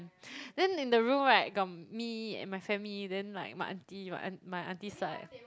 then in the room right got me and my family then like my Aunty my aunt~ my Aunty side